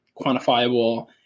quantifiable